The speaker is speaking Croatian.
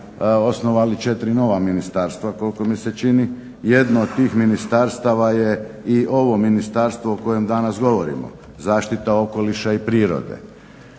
osnovali 4 nova ministarstva koliko mi se čini. Jedno od tih ministarstava je i ovo ministarstvo o kojem danas govorimo, zaštita okoliša i prirode.